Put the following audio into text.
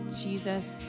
Jesus